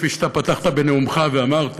כפי שפתחת בנאומך ואמרת,